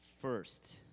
First